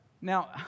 Now